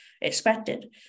expected